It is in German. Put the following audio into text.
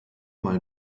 mal